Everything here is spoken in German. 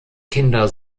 kinder